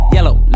Yellow